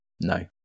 No